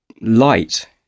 Light